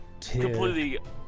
completely